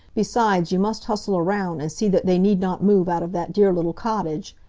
besides, you must hustle around and see that they need not move out of that dear little cottage.